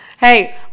Hey